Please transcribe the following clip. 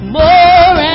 more